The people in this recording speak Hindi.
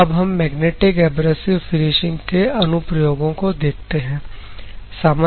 तो अब हम मैग्नेटिक एब्रेसिव फिनिशिंग के अनुप्रयोगों को देखते हैं